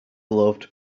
loved